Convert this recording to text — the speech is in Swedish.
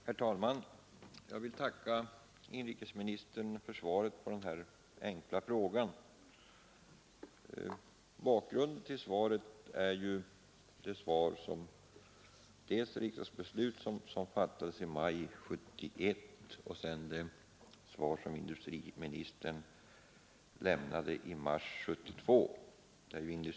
Herr talman! Jag vill tacka industriministern för svaret på den enkla frågan. Bakgrunden till frågan är dels det riksdagsbeslut som fattades i maj 1971, dels det svar som inrikesministern lämnade i mars 1972.